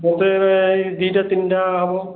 ମୋତେ ଏବେ ଏଇ ଦୁଇଟା ତିନିଟା ହେବ